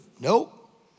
Nope